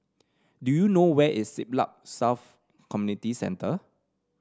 do you know where is Siglap South Community Centre